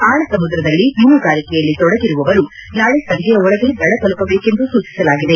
ಆಳ ಸಮುದ್ರದಲ್ಲಿ ಮೀನುಗಾರಿಕೆಯಲ್ಲಿ ತೊಡಗಿರುವವರು ನಾಳೆ ಸಂಜೆಯ ಒಳಗೆ ದಡ ತಲುಪಬೇಕೆಂದು ಸೂಚಿಸಲಾಗಿದೆ